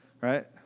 Right